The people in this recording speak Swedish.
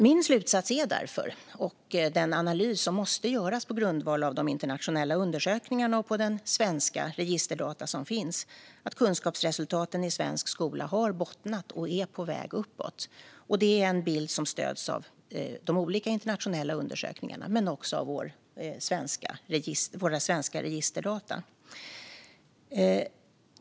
Min slutsats och den analys som måste göras på grundval av de internationella undersökningarna och de svenska registerdata som finns är därför att kunskapsresultaten i svensk skola har bottnat och är på väg uppåt. Och det är en bild som stöds av de olika internationella undersökningarna men också av våra svenska registerdata.